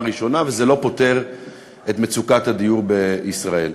ראשונה וזה לא פותר את מצוקת הדיור בישראל.